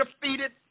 defeated